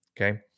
Okay